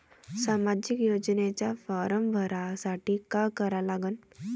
सामाजिक योजनेचा फारम भरासाठी का करा लागन?